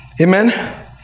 Amen